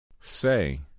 Say